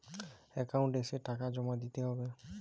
Account এসে টাকা জমা দিতে হবে?